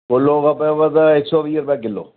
खेलो खपेव त हिकु सौ वीह रुपया किलो